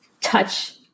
touch